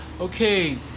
Okay